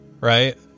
right